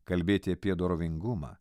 kalbėti apie dorovingumą